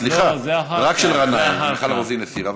סליחה, רק של גנאים, מיכל רוזין הסירה.